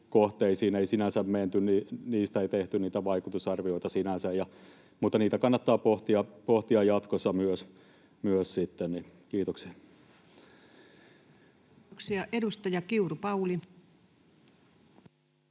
ei sinänsä menty, niin niistä ei tehty niitä vaikutusarvioita sinänsä, mutta niitä kannattaa pohtia sitten jatkossa myös. — Kiitoksia. Kiitoksia. — Edustaja Kiuru, Pauli. Arvoisa